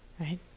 right